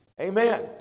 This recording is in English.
amen